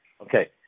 okay